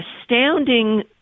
astounding